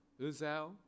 Uzal